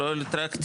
לא את האטרקטיביות,